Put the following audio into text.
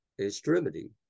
extremity